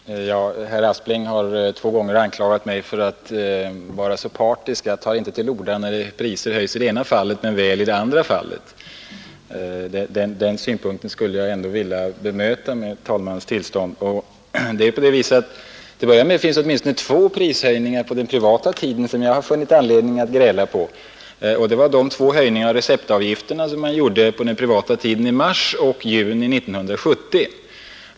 Herr talman! Herr Aspling har två gånger anklagat mig för att vara partisk — jag tar inte till orda när priser höjs i det ena fallet men väl i det andra fallet. Den synpunkten skulle jag ändå med talmannens tillstånd vilja bemöta. Till att börja med vill jag peka på att jag funnit anledning att gräla på åtminstone två prishöjningar under den tid då apoteken var i privat ägo, nämligen på de två höjningar av receptavgifterna som företogs i mars och i juni 1970.